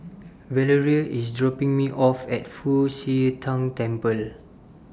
Valeria IS dropping Me off At Fu Xi Tang Temple